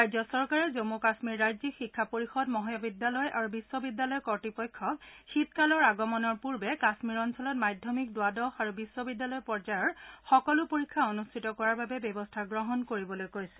ৰাজ্য চৰকাৰে জম্মু কাম্মীৰ ৰাজ্যিক শিক্ষা পৰিযদ মহাবিদ্যালয় আৰু বিশ্ববিদ্যালয় কৰ্তৃপক্ষক শীতকালৰ আগমনৰ পূৰ্বে কাম্মীৰ অঞ্চলত মাধ্যমিক দ্বাদশ আৰু বিশ্ববিদ্যালয় পৰ্যায়ৰ সকলো পৰীক্ষা অনুষ্ঠিত কৰাৰ বাবে ব্যৱস্থা গ্ৰহণ কৰিবলৈ কৈছে